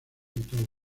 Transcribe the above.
togo